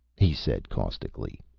he said caustically.